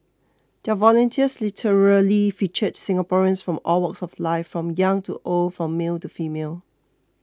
their volunteers literally featured Singaporeans from all walks of life from young to old from male to female